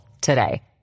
today